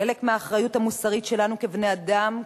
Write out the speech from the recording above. חלק מהאחריות המוסרית שלנו כבני-אדם,